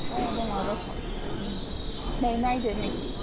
दङ दङ रथ' ओम नै नायदो नै